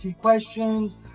questions